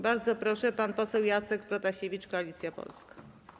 Bardzo proszę, pan poseł Jacek Protasiewicz, Koalicja Polska.